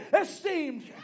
esteemed